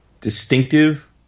distinctive